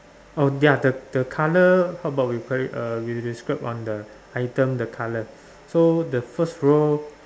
oh ya the the colour how about we call it uh we describe on the item the colour so the first row